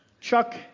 Chuck